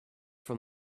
from